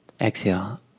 Exhale